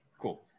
Cool